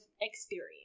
experience